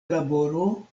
laboro